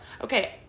Okay